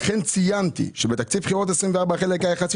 אחר-כך שוב אומרת אורלי עדס: "לכן ציינתי שבתקציב בחירות 24 החלק היחסי